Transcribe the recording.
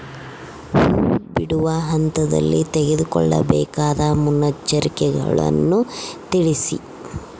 ಹೂ ಬಿಡುವ ಹಂತದಲ್ಲಿ ತೆಗೆದುಕೊಳ್ಳಬೇಕಾದ ಮುನ್ನೆಚ್ಚರಿಕೆಗಳನ್ನು ತಿಳಿಸಿ?